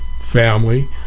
family